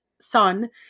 son